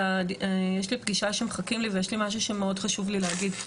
יש לי משהו שמאוד חשוב לי להגיד.